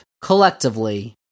collectively